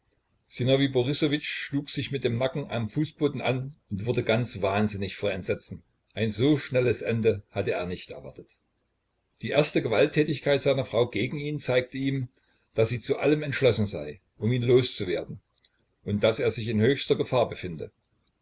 schlug sich mit dem nacken am fußboden an und wurde ganz wahnsinnig vor entsetzen ein so schnelles ende hatte er nicht erwartet die erste gewalttätigkeit seiner frau gegen ihn zeigte ihm daß sie zu allem entschlossen sei um ihn loszuwerden und daß er sich in höchster gefahr befinde